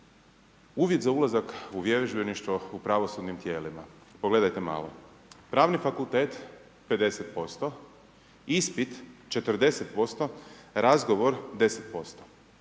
Uvid za ulazak u vježbeništvo u pravosudnim tijelima. Pogledajte malo. Pravni fakultet 50%, ispit 40%, razgovor 10%.